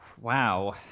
Wow